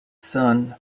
son